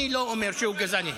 אני לא אומר שהוא גזעני.